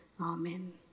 Amen